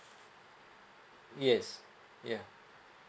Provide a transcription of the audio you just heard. yes yeah